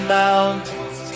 mountains